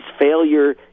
failure